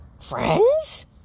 friends